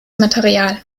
material